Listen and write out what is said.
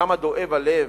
כמה דואב הלב,